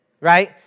right